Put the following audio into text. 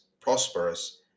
prosperous